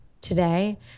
today